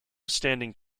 standing